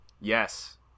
Yes